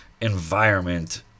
environment